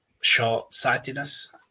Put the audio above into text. short-sightedness